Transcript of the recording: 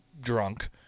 drunk